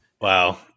Wow